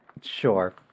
Sure